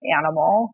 animal